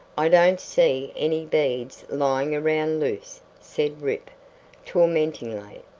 i don't see any beads lying around loose, said rip tormentingly.